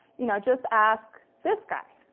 you know just ask this guy.